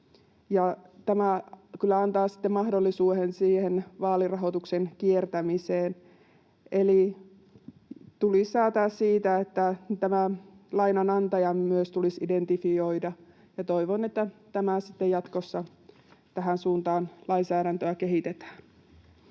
sitten mahdollisuuden siihen vaalirahoituksen kiertämiseen. Eli tulisi säätää siitä, että myös tämä lainanantaja tulisi identifioida. Toivon, että sitten jatkossa tähän suuntaan lainsäädäntöä kehitetään.